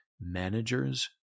managers